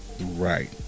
right